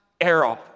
arrow